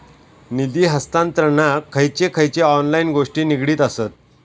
निधी हस्तांतरणाक खयचे खयचे ऑनलाइन गोष्टी निगडीत आसत?